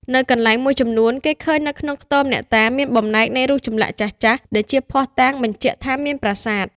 នៅកន្លែងមួយចំនួន គេឃើញនៅក្នុងខ្ទមអ្នកតា មានបំណែកនៃរូបចម្លាក់ចាស់ៗ ដែលជាភ័ស្តុតាងបញ្ជាក់ថាមានប្រាសាទ។